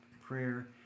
prayer